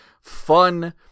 fun